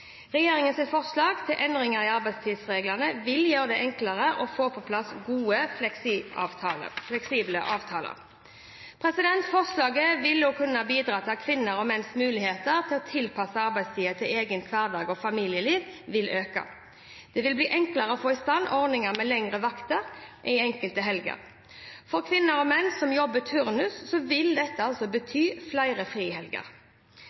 Regjeringen ønsker å endre lovens bestemmelser om arbeidstid for å gi arbeidstakere og arbeidsgivere flere muligheter til å finne løsninger lokalt. Regjeringens forslag til endringer i arbeidstidsreglene vil gjøre det enklere å få på plass gode fleksitidsavtaler. Forslaget vil også kunne bidra til at kvinners og menns muligheter til å tilpasse arbeidstiden til eget hverdags- og familieliv øker. Det vil bli enklere å få i stand ordninger med lengre vakter enkelte helger. For kvinner og menn som jobber turnus, vil dette